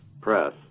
press